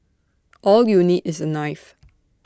all you need is A knife